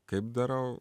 kaip darau